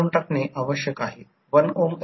तर जर तसे असेल तर R2 L2 R2 आणि X2 K 2 X2